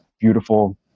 beautiful